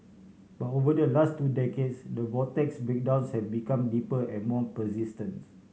but over the last two decades the vortex's breakdowns have become deeper and more persistents